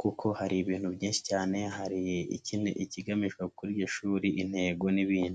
kuko hari ibintu byinshi cyane hari iki ikigamijwe kur'iryo shuri, intego n'ibindi.